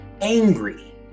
angry